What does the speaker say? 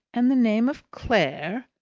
and the name of clare,